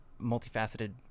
multifaceted